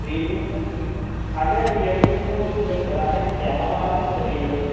Realme phone రి అంటే Realme phones చూపిస్తారా అంటే కేమెరా బాగానే ఉంటుంది కదా రియల్మీ